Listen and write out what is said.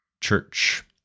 Church